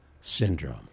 syndrome